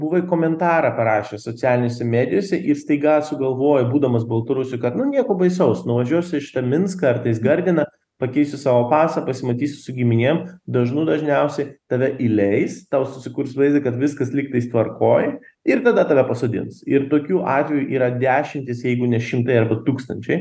buvai komentarą parašęs socialinėse medijose ir staiga sugalvojai būdamas baltarusijo kad nu nieko baisaus nuvažiusiu aš į tą minską ar tais gardiną pakeisiu savo pasą pasimatysiu su giminėm dažnų dažniausiai tave įleis tau susikurs vaizdą kad viskas lyg tais tvarkoj ir tada tave pasodins ir tokių atvejų yra dešimtys jeigu ne šimtai arba tūkstančiai